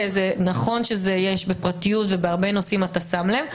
נכון שבפרטיות ובהרבה נושאים אתה שם לב.